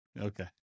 Okay